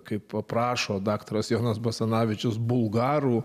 kaip paprašo daktaras jonas basanavičius bulgarų